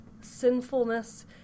sinfulness